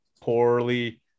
poorly